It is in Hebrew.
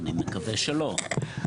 אני מקווה שלא,